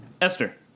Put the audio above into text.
Esther